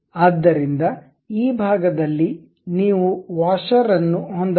ಆದ್ದರಿಂದ ಈ ಭಾಗದಲ್ಲಿ ನೀವು ವಾಷರ್ ಅನ್ನು ಹೊಂದಬಹುದು